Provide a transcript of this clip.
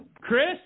Chris